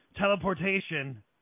teleportation